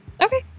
Okay